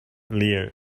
leer